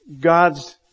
God's